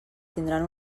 tindran